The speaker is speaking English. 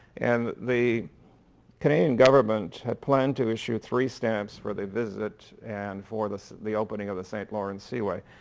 and the canadian government had planned to issue three stamps for the visit and for the the opening of the st. lawrence seaway.